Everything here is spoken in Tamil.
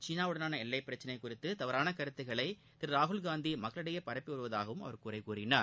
சீனாவுடனான எல்லை பிரச்னை குறித்து தவறான கருத்துகளை திரு ராகுல்காந்தி மக்களிடை பரப்பி வருவாதாக அவர் குறைக் கூறினார்